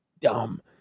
dumb